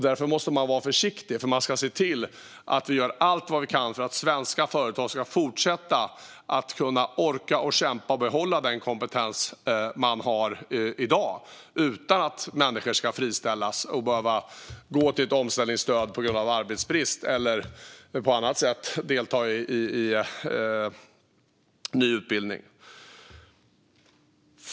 Därför bör vi vara försiktiga och göra allt vi kan för att svenska företag ska fortsätta att orka kämpa och behålla den kompetens de har och slippa friställa människor som då måste få omställningsstöd på grund av arbetsbrist eller på annat sätt delta i utbildning.